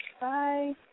Bye